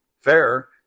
fair